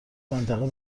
منطقه